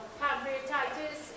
pancreatitis